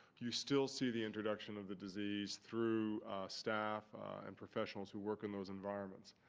you still see the introduction of the disease through staff and professionals who work in those environments.